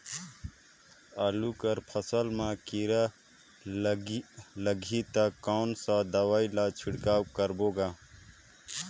आलू कर फसल मा कीरा लगही ता कौन सा दवाई ला छिड़काव करबो गा?